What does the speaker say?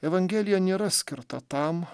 evangelija nėra skirta tam